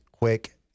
quick